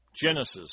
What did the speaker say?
Genesis